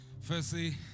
Firstly